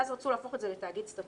ואז רצו להפוך את זה לתאגיד סטטוטורי.